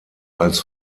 als